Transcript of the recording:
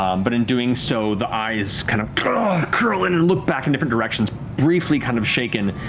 um but in doing so, the eyes kind of curl ah curl in and look back in different directions, briefly kind of shaken,